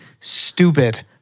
stupid